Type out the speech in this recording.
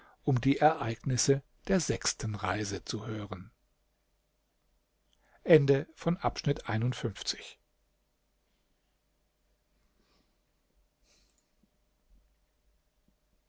um die ereignisse der sechsten reise zu hören